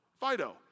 Fido